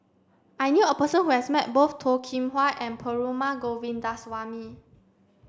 I knew a person who has met both Toh Kim Hwa and Perumal Govindaswamy